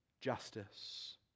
justice